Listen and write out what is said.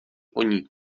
oni